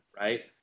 right